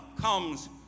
comes